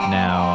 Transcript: now